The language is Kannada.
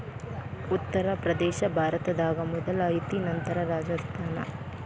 ಉತ್ತರ ಪ್ರದೇಶಾ ಭಾರತದಾಗ ಮೊದಲ ಐತಿ ನಂತರ ರಾಜಸ್ಥಾನ